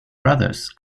brothers